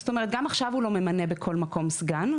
זאת אומרת גם עכשיו הוא לא ממנה בכל מקום סגן,